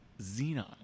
Xenon